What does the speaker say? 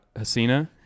Hasina